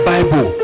Bible